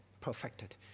perfected